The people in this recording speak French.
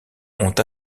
ont